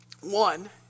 One